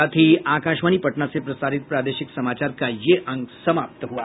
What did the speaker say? इसके साथ ही आकाशवाणी पटना से प्रसारित प्रादेशिक समाचार का ये अंक समाप्त हुआ